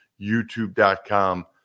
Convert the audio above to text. YouTube.com